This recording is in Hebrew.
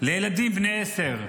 לילדים בני עשר,